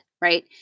Right